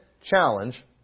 challenge